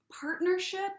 partnership